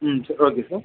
ம் சரி okay sir